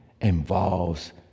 involves